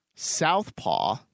Southpaw